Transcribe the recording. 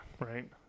Right